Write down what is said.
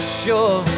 sure